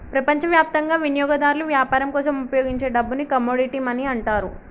ప్రపంచవ్యాప్తంగా వినియోగదారులు వ్యాపారం కోసం ఉపయోగించే డబ్బుని కమోడిటీ మనీ అంటారు